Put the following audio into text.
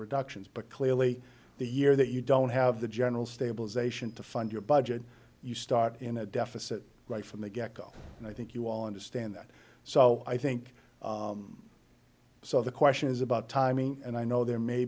reductions but clearly the year that you don't have the general stabilization to fund your budget you start in a deficit right from the get go and i think you all understand that so i think so the question is about timing and i know there may